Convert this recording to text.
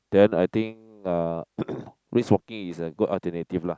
then I think uh brisk walking is a good alternative lah